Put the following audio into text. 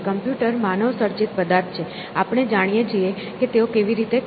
computer માનવસર્જિત પદાર્થ છે આપણે જાણીએ છીએ કે તેઓ કેવી રીતે કાર્ય કરે છે